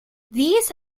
these